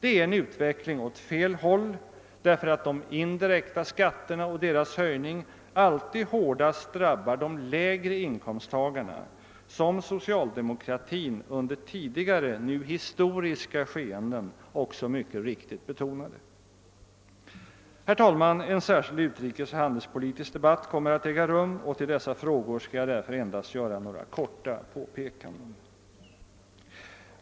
Det är en utveckling åt fel håll, eftersom de indirekta skattehöjningarna alltid hårdast drabbar de lägre inkomsttagarna, såsom socialdemokratin under tidigare, nu historiska skeden mycket riktigt betonade. Herr talman! En särskild utrikesoch handelspolitisk debatt kommer att äga rum, och till dessa frågor skall jag därför endast göra några korta påpekanden.